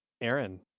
Aaron